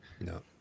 no